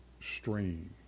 stream